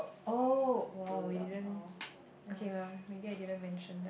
oh !wow! you didn't okay lah maybe I didn't mention that